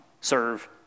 serve